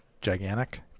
gigantic